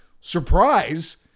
surprise